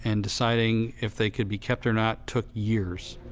and deciding if they could be kept or not took years.